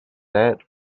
that